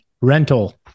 rental